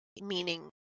meaning